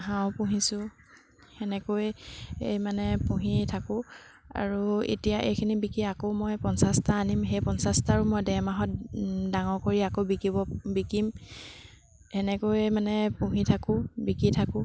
হাঁহো পুহিছোঁ সেনেকৈয়ে এই মানে পুহি থাকোঁ আৰু এতিয়া এইখিনি বিকি আকৌ মই পঞ্চাছটা আনিম সেই পঞ্চাছটাৰো মই ডেৰমাহত ডাঙৰ কৰি আকৌ বিকিব বিকিম সেনেকৈয়ে মানে পুহি থাকোঁ বিকি থাকোঁ